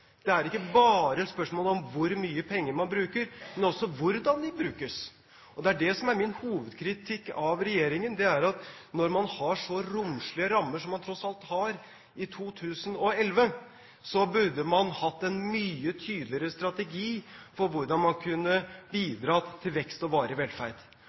Det er ikke bare spørsmål om hvor mye penger man bruker, men også hvordan de brukes. Det som er min hovedkritikk av regjeringen, er at når man har så romslige rammer som man tross alt har i 2011, burde man hatt en mye tydeligere strategi for hvordan man kunne bidra til vekst og varig velferd.